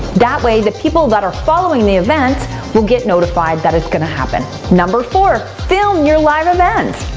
that way, the people that are following the event will get notified that it's gonna happen. number four, film your live event.